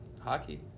Hockey